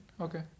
Okay